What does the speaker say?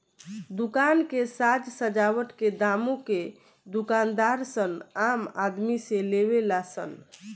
दुकान के साज सजावट के दामो के दूकानदार सन आम आदमी से लेवे ला सन